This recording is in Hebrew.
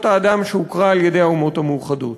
האדם שהוכרה על-ידי האומות המאוחדות.